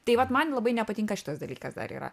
tai vat man labai nepatinka šitas dalykas dar yra